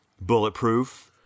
Bulletproof